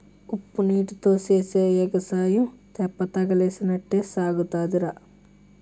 ఉప్పునీటీతో సేసే ఎగసాయం తెప్పతగలేసినట్టే సాగుతాదిరా